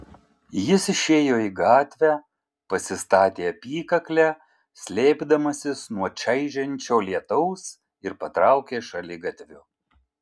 jis išėjo į gatvę pasistatė apykaklę slėpdamasis nuo čaižančio lietaus ir patraukė šaligatviu